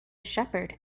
shepherd